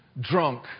drunk